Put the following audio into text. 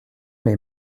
les